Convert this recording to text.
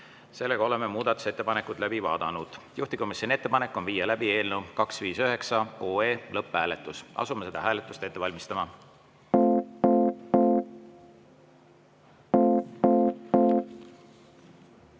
Oleme muudatusettepanekud läbi vaadanud. Juhtivkomisjoni ettepanek on viia läbi eelnõu 259 lõpphääletus. Asume seda hääletust ette valmistama.